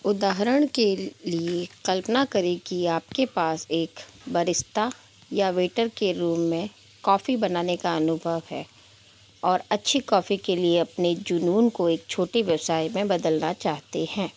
उदाहरण के लिए कल्पना करें कि आपके पास एक बरिस्ता या वेटर के रूम में कॉफ़ी बनाने का अनुभव है और अच्छी कॉफ़ी के लिए अपने जुनून को एक छोटी व्यवसाय में बदलना चाहते हैं